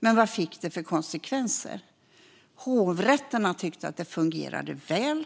Men vad fick det för konsekvenser? Hovrätterna tyckte att det fungerade väl,